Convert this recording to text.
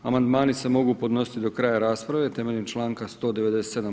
Amandmani se mogu podnositi do kraja rasprave, temeljem čl. 197.